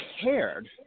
cared